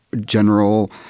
general